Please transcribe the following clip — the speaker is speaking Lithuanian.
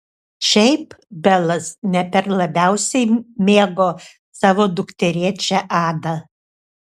šiaip belas ne per labiausiai mėgo savo dukterėčią adą